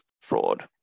fraud